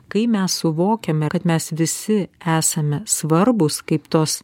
kai mes suvokiame kad mes visi esame svarbūs kaip tos